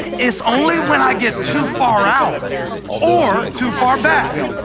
it's only when i get too far out or too far back,